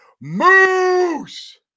Moose